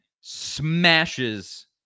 smashes